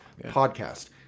podcast